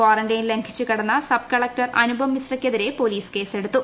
quarantine ലംഘിച്ച് കടന്ന sub collector Anupam മിശ്രയ്ക്കെതിരെ പോലീസ് കേസെടുത്തു